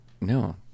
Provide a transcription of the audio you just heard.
No